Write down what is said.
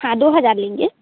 हाँ दो हज़ार लेंगे